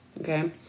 Okay